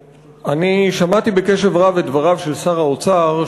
אני שמעתי בקשב רב את דבריו של שר האוצר,